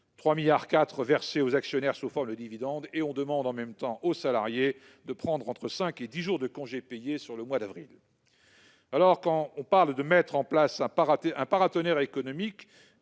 étant versés aux actionnaires sous forme de dividendes. Et on demande en même temps aux salariés de prendre entre 5 et 10 jours de congés payés au mois d'avril ... Alors, quand on parle de mettre en place un « paratonnerre économique